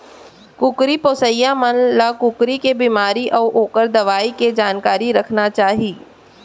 कुकरी पोसइया मन ल कुकरी के बेमारी अउ ओकर दवई के जानकारी रखना चाही